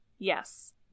Yes